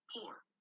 poor